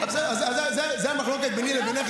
זה כואב לי.